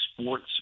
sports